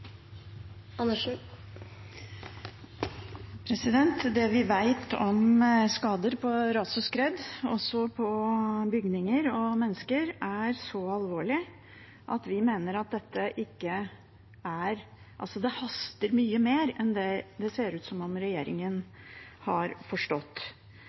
Det vi vet om skader på bygninger og mennesker som følge av ras og skred, er så alvorlig at vi mener dette haster mye mer enn det det ser ut som om regjeringen har forstått.